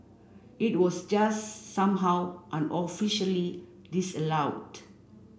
it was just somehow unofficially disallowed